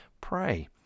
pray